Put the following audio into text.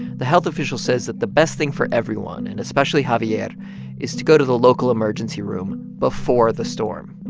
the health official says that the best thing for everyone and especially javier is to go to the local emergency room before the storm.